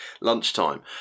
lunchtime